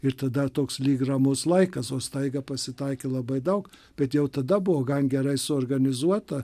ir tada toks lyg ramus laikas o staiga pasitaikė labai daug bet jau tada buvo gan gerai suorganizuota